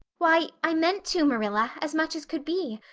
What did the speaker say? why, i meant to, marilla, as much as could be.